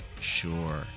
Sure